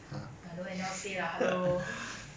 !oi! don't anyhow say lah hello